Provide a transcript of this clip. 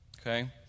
Okay